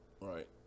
Right